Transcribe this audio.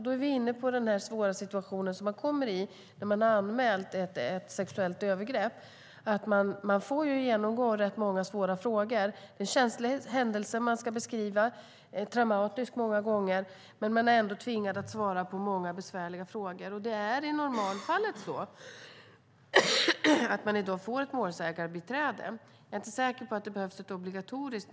Då är vi inne på den svåra situation som man kommer i när man har anmält ett sexuellt övergrepp. Man får genomgå många svåra frågor. Det är en känslig och många gånger traumatisk händelse som man ska beskriva. Men man är ändå tvingad att svara på många besvärliga frågor. I normalfallet får man ett målsägarbiträde, och jag är inte säker på att det behöver vara obligatoriskt.